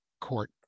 court